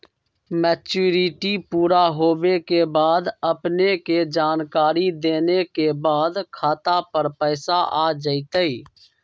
Maturity पुरा होवे के बाद अपने के जानकारी देने के बाद खाता पर पैसा आ जतई?